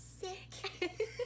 sick